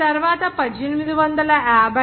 ఆ తరువాత 1850 లో R